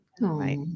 Right